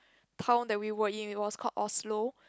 town that we were in it was called Oslow